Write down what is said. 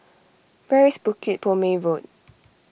where is Bukit Purmei Road